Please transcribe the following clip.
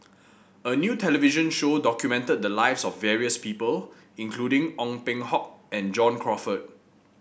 a new television show documented the lives of various people including Ong Peng Hock and John Crawfurd